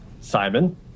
Simon